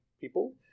people